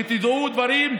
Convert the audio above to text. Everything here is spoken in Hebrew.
שתדעו דברים.